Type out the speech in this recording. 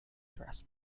dress